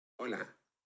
Hola